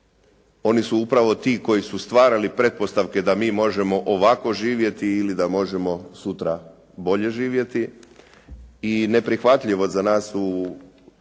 oni su upravo ti koji su stvarali pretpostavke da mi možemo ovako živjeti ili da možemo sutra bolje živjeti i neprihvatljivo za nas u